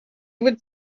would